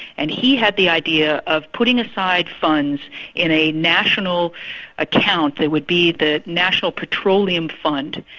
and he had the idea of putting aside funds in a national account that would be the national petroleum fund,